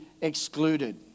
excluded